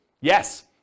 Yes